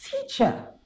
teacher